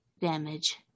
damage